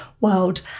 world